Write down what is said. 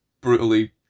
brutally